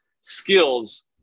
skills